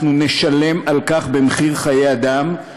אנחנו נשלם על כך במחיר חיי אדם,